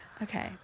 Okay